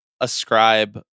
ascribe